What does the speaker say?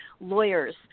lawyers